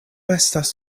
estas